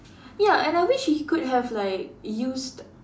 ya and I wished he could have like used